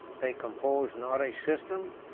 they compose not a system,